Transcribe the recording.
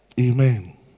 Amen